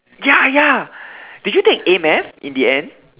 ya ya did you take A-math in the end